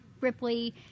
Ripley